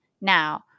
Now